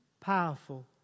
powerful